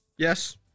Yes